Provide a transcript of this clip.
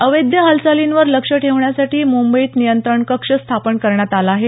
अवैध हालचालींवर लक्ष ठेवण्यासाठी मुंबईत नियंत्रण कक्ष स्थापन करण्यात आला आहे